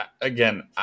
again